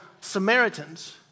Samaritans